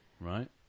Right